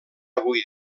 avui